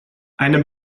eine